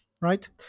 right